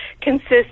consists